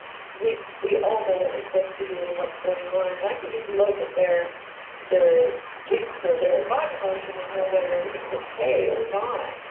we we all know what we're supposed to do and what's going on. and i can just look at their their kicks or their ah body motions and know whether everything's okay or not.